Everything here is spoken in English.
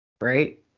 right